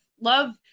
love